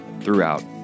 throughout